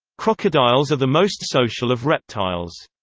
crocodiles are the most social of reptiles.